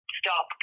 stop